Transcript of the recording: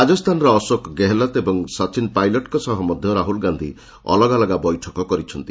ରାଜସ୍ଥାନରେ ଅଶୋକ ଗେହଲତ୍ ଓ ସଚ୍ଚିନ ପାଇଲଟଙ୍କ ସହ ମଧ୍ୟ ରାହୁଳ ଗାନ୍ଧି ଅଲଗା ଅଲଗା ବୈଠକ କରିଛନ୍ତି